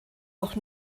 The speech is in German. auch